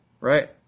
right